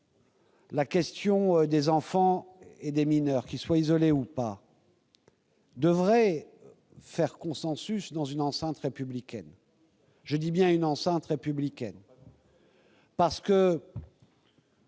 la question des enfants, des mineurs, qu'ils soient isolés ou non, devrait faire consensus dans une enceinte républicaine ! Je dis bien une « enceinte républicaine ». Je